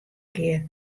kear